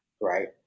right